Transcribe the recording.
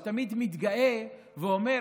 הוא תמיד מתגאה ואומר: